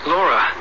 Laura